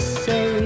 say